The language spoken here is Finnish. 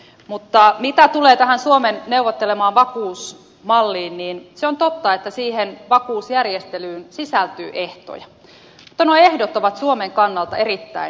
mutta mitä tulee tähän suomen neuvottelemaan vakuusmalliin niin se on totta että siihen vakuusjärjestelyyn sisältyy ehtoja mutta nuo ehdot ovat suomen kannalta erittäin edullisia